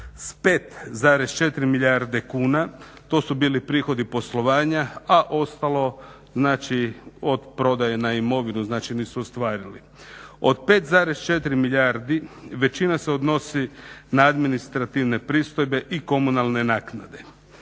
5,4 milijarde kuna to su bili prihodi poslovanja, a ostalo od prodaje na imovinu znači nisu ostvarili. Od 5,4 milijardi većina se odnosi na administrativne pristojbe i komunalne naknade.